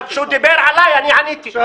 אבל, כשהוא דיבר עלי אני עניתי.